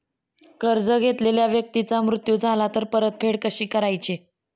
कर्ज घेतलेल्या व्यक्तीचा मृत्यू झाला तर परतफेड कशी करायची?